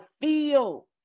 feel